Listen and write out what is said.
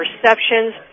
perceptions